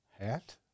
Hat